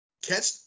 Catch